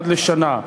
עד לשנה.